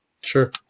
Sure